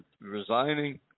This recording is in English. resigning